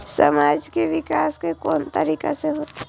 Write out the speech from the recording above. समाज के विकास कोन तरीका से होते?